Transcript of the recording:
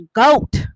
goat